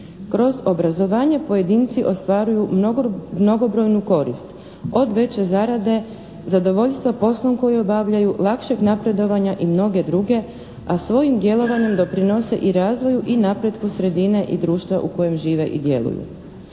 Kroz obrazovanje pojedinci ostvaruju mnogobrojnu korist od veće zarade, zadovoljstva poslom koji obavljaju, lakšeg napredovanja i mnoge druge a svojim djelovanjem doprinose i razvoju i napretku sredine i društva u kojem žive i djeluju.